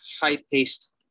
high-paced